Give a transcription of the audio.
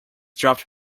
dropped